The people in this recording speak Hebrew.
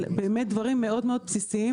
באמת דברים מאוד מאוד בסיסיים,